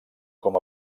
com